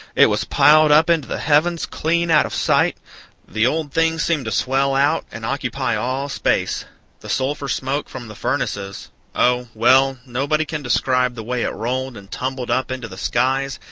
it was piled up into the heavens clean out of sight the old thing seemed to swell out and occupy all space the sulphur smoke from the furnaces oh, well, nobody can describe the way it rolled and tumbled up into the skies,